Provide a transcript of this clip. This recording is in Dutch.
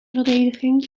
verdediging